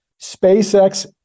SpaceX